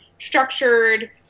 structured